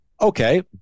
Okay